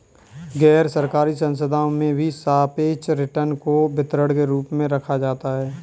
गैरसरकारी संस्थाओं में भी सापेक्ष रिटर्न को वितरण के रूप में रखा जाता है